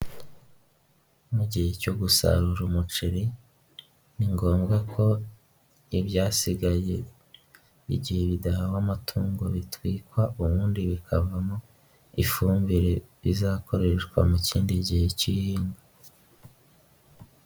Mu gihe cyo gusarura umuceri, ni ngombwa ko ibyasigaye igihe bidahawe amatungo bitwikwa ubundi bikavamo ifumbire izakoreshwa mu kindi gihe cy'ihinga.